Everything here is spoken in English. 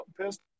pissed